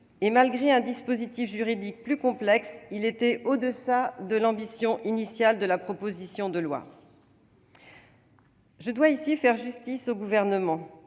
et, malgré un dispositif juridique plus complexe, il était en deçà de l'ambition initiale de la proposition de loi. Je dois ici faire justice au Gouvernement